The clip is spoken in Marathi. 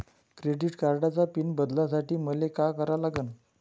क्रेडिट कार्डाचा पिन बदलासाठी मले का करा लागन?